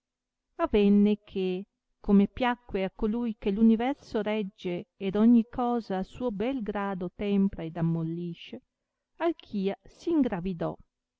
avenne che come piacque a colui che f universo regge ed ogni cosa a suo bel grado tempra ed ammollisce alchia si ingravidò